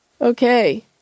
Okay